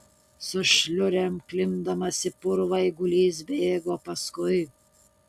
su šliurėm klimpdamas į purvą eigulys bėgo paskui